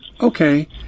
okay